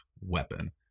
weapon